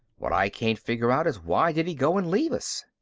what i can't figure out is why did he go and leave us?